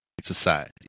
society